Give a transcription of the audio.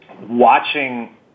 Watching